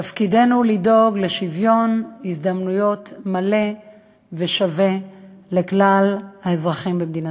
תפקידנו לדאוג לשוויון הזדמנויות מלא ושווה לכלל האזרחים במדינתנו.